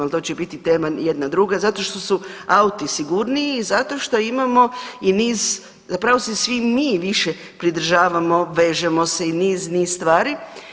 Ali to će biti tema jedna druga zato što su auti sigurniji i zato što imamo i niz, zapravo se svi mi više pridržavamo, vežemo se i niz, niz stvari.